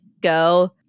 go